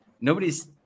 Nobody's